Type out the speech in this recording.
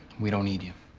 we don't need you.